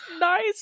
nice